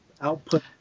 output